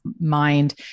mind